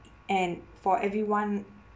and for everyone